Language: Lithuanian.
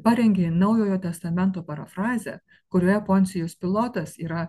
parengė naujojo testamento parafrazę kurioje poncijus pilotas yra